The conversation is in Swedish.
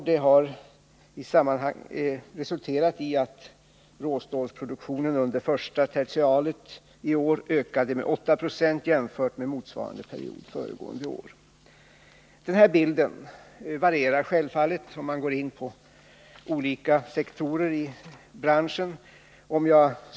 Det har resulterat i att råstålsproduktionen under första tertialet i år ökade med 8 9o jämfört med motsvarande period föregående år. Den här bilden varierar självfallet för olika sektorer i branschen.